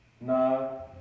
No